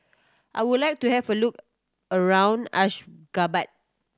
I would like to have a look around Ashgabat